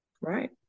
right